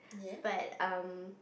but um